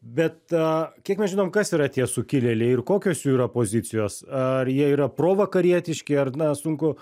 bet kiek mes žinom kas yra tie sukilėliai ir kokios jų yra pozicijos ar jie yra provakarietiški ar na sunku